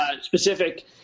specific